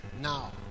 Now